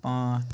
پانٛژھ